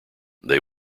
they